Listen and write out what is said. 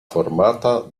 formata